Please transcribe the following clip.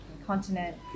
Continent